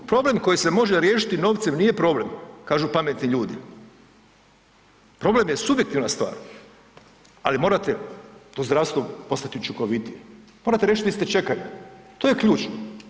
Problem koji se može riješiti novcem nije problem kažu pametni ljudi, problem je subjektivna stvar, ali mora to zdravstvo postati učinkovitije, morate riješiti liste čekanja, to je ključno.